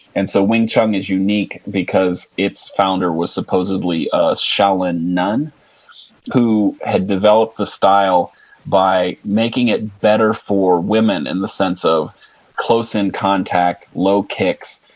and so, wing chun is unique because its founder was supposedly a shaolin nun who had developed the style by making it better for women in the sense of close in contact, low kicks,